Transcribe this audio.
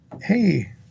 hey